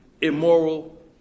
immoral